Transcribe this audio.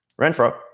Renfro